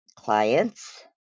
clients